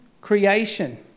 creation